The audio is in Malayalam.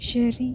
ശരി